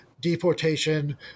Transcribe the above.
deportation